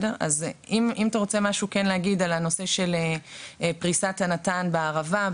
אם אתה רוצה משהו כן להגיד על הנושא של פריסת הנט"ן בערבה,